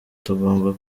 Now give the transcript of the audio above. tugomba